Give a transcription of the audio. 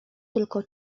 tylko